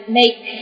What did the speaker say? make